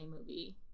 movie